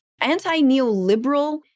anti-neoliberal